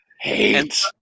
HATE